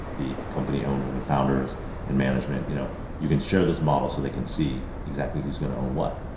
the company owner and the founders and management. you know you can share this model so they can see exactly who's going to own what.